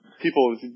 people